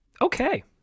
Okay